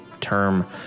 term